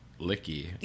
licky